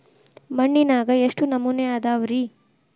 ಮಣ್ಣಿನಾಗ ಎಷ್ಟು ನಮೂನೆ ಅದಾವ ರಿ?